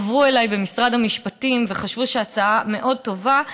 חברו אליי במשרד המשפטים וחשבו שההצעה מאוד טובה,